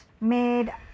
made